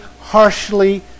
harshly